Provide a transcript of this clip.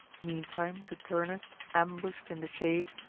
meantime to turnus, ambush'd in the shade,